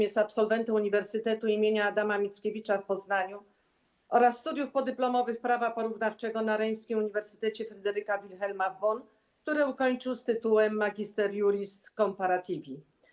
Jest absolwentem Uniwersytetu im. Adama Mickiewicza w Poznaniu oraz studiów podyplomowych w zakresie prawa porównawczego na Reńskim Uniwersytecie Fryderyka Wilhelma w Bonn, które ukończył z tytułem magister juris comparativi.